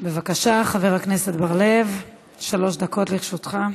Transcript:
בבקשה, חבר הכנסת בר-לב, שלוש דקות לרשותך.